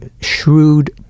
shrewd